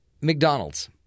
McDonald's